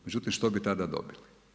Međutim što bi tada dobili?